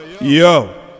yo